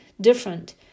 different